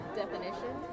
definition